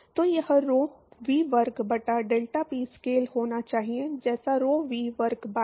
तो यह rho v वर्ग बटा डेल्टाP स्केल होना चाहिए जैसे rho V वर्ग बाय